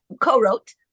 co-wrote